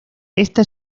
esta